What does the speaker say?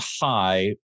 High